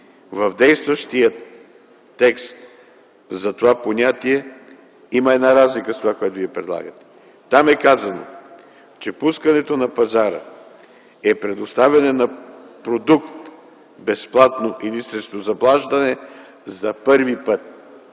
в действащия текст за това понятие има една разлика с това, което Вие предлагате. Там е казано, че пускането на пазара е предоставяне на продукт безплатно или срещу заплащане за първи път.